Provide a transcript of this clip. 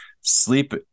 sleep